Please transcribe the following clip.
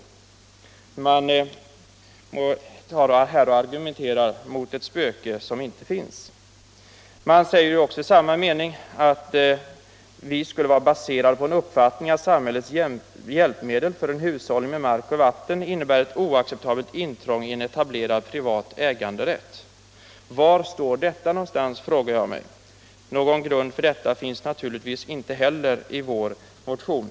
Utskottet argumenterar här emot ett spöke som 'inte finns. Utskottet säger i samma mening att vårt förslag skulle vara baserat på ”uppfattningen att samhällets hjälpmedel för en hushållning med mark och vatten innebär ett oacceptabelt intrång i en etablerad privat äganderätt”. Varifrån har utskottet fått detta? frågar jag mig. Någon grund för det finns naturligtvis inte i vår motion.